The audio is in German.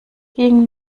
ging